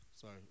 sorry